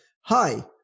hi